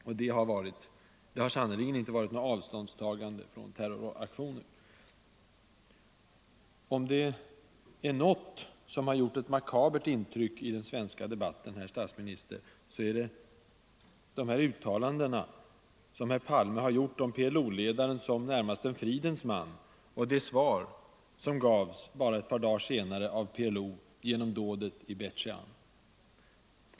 Och det har sannerligen inte varit 157 några avståndstaganden från terroraktioner. Om det är något som har gjort ett makabert intryck i den svenska debatten är det de uttalanden som herr Palme har gjort om PLO-ledaren som närmast en fridens man, och det svar som gavs bara ett par dagar senare av PLO genom dådet i Bet Shean.